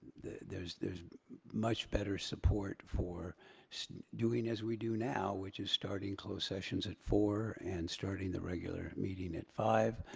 the, there's there's much better support for doing as we do now, which is starting closed sessions at four zero, and starting the regular meeting at five